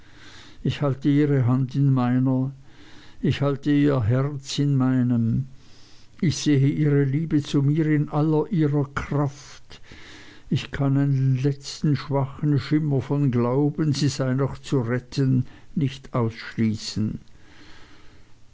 ich halte ihre hand in meiner ich halte ihr herz in meinem ich sehe ihre liebe zu mir in aller ihrer kraft ich kann einen letzten schwachen schimmer vom glauben sie sei noch zu retten nicht ausschließen